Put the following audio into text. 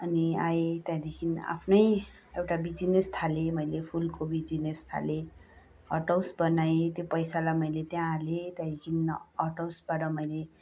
अनि आएँ त्यहाँदेखि आफ्नै एउटा बिजिनेस थालेँ मैले फुलको बिजिनस थालेँ हट हाउस बनाएँ त्यो पैसालाई मैले त्यहाँ हालेँ त्यहाँदेखि हट हाउसबाट मैले